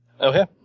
Okay